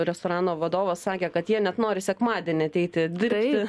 restorano vadovas sakė kad jie net nori sekmadienį ateiti dirbti